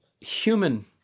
human